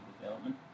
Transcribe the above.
development